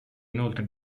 inoltre